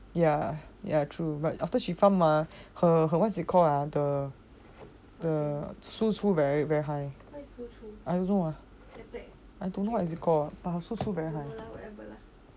ya ya true but after she farm her her what is it called ah the the 叔叔 very very high I don't know what is it call err 叔叔 very high